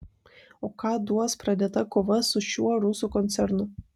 o ką duos pradėta kova su šiuo rusų koncernu